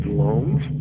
loans